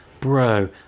Bro